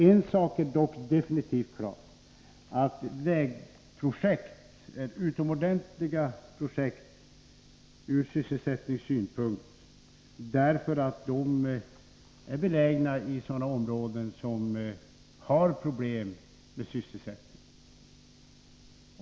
En sak är dock definitivt klar, att vägprojekt är utomordentliga projekt ur sysselsättningssynpunkt, därför att de är belägna i sådana områden som har problem med sysselsättningen.